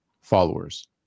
followers